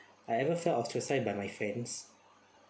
I ever felt ostracised by my friends